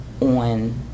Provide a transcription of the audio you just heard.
on